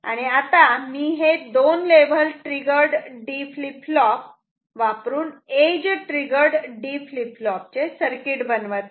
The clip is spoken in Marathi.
आणि आता मी हे दोन level triggered D flip flop वापरून edge triggered D flip flop चे सर्किट बनवत आहे